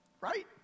right